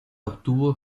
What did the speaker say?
obtuvo